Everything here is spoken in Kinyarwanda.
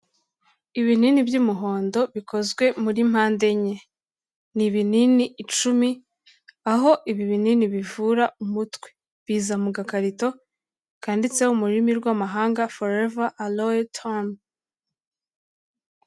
Ibinini by'umuhondo bikozwe muri mpande enye, ni ibinini icumi. Aho ibi binini bivura umutwe, biza mu gakarito kanditseho mu rurimi rw'amahanga forever aloe turm.